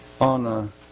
on